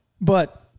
But-